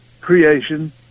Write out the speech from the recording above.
creation